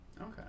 okay